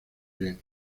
bien